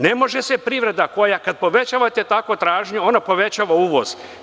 Ne može se privreda koja, kad povećavate tako tražnju, ona povećava uvoz.